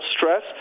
stress